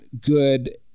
good